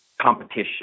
Competition